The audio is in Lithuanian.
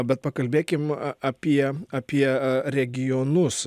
bet pakalbėkim apie apie regionus